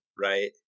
right